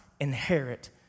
inherit